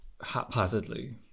Haphazardly